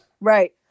right